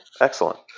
Excellent